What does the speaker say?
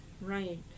Right